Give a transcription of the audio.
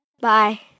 bye